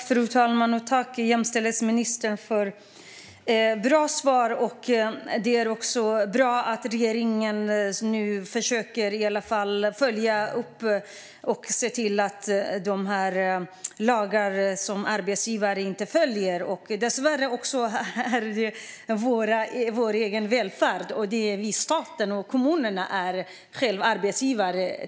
Fru talman! Jag tackar jämställdhetsministern för bra svar. Det är bra att regeringen försöker följa upp de lagar som arbetsgivare inte följer. Det gäller dessvärre också vår egen välfärd, där stat och kommuner är arbetsgivare.